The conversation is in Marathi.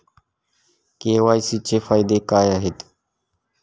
के.वाय.सी चे फायदे काय आहेत?